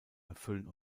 erfüllen